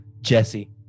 jesse